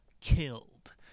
killed